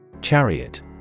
Chariot